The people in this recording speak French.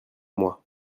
moi